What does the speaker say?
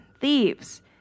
thieves